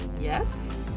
Yes